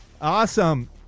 Awesome